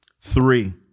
Three